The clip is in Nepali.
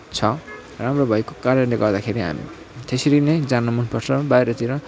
छ राम्रो भएको कारणले गर्दाखेरि हाम् त्यसरी नै जानु मन पर्छ बाहिरतिर